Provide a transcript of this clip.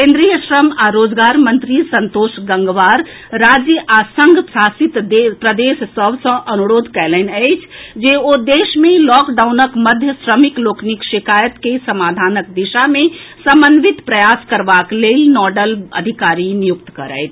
केन्द्रीय श्रम आ रोजगार मंत्री संतोष गंगवार राज्य आ संघ शासित प्रदेश सभ सँ अनुरोध कएलनि अछि जे ओ देश मे लॉकडाउनक मध्य श्रमिक लोकनिक शिकायत के समाधानक दिशा मे समन्वित प्रयास करबाक लेल नोडल अधिकारी नियुक्त करथि